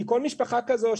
כי כל משפחה כזו,